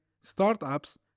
startups